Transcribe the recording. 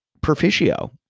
proficio